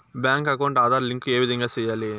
Bank account Aadhaar link ఏ విధంగా సెయ్యాలి?